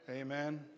Amen